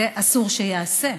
זה אסור שייעשה.